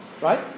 right